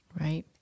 Right